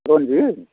Ranjit